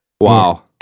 Wow